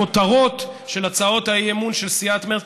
הכותרות של הצעות האי-אמון של סיעת מרצ.